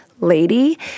lady